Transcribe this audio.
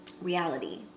reality